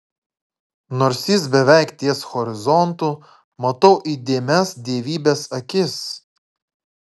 nors jis beveik ties horizontu matau įdėmias dievybės akis